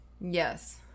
Yes